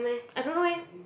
I don't know eh